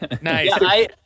Nice